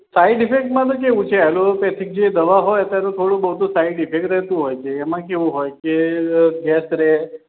side ઇફેક્ટમાં તો કેવું છે ઍલોપેથિક જે દવા હોય તો એનું થોડું બહુ તો સાઇડ ઇફેક્ટ રહેતું હોય છે એમાં કેવું હોય કે ગૅસ રહે